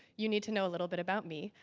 you need to know a little bit about me.